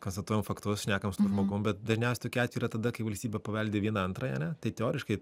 konstatuojam faktus šnekam su tuo žmogum bet dažniausiai tokie atvejai yra tada kai valstybė paveldi vieną antrąją ane tai teoriškai